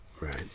Right